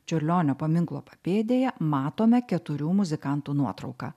čiurlionio paminklo papėdėje matome keturių muzikantų nuotrauką